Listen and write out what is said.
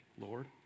Lord